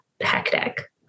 hectic